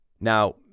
Now